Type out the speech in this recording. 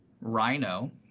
Rhino